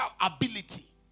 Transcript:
ability